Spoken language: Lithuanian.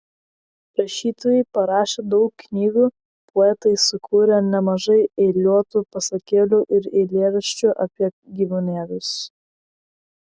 rašytojai parašė daug knygų poetai sukūrė nemažai eiliuotų pasakėlių ir eilėraščių apie gyvūnėlius